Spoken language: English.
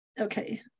Okay